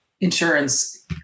insurance